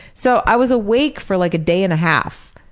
so i was awake for like a day and a half,